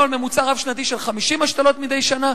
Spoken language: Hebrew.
היינו על ממוצע רב-שנתי של 50 השתלות מדי שנה,